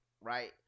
right